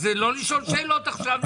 לא לשאול שאלות עכשיו.